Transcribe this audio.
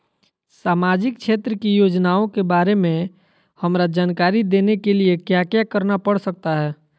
सामाजिक क्षेत्र की योजनाओं के बारे में हमरा जानकारी देने के लिए क्या क्या करना पड़ सकता है?